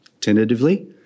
tentatively